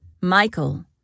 Michael